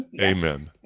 Amen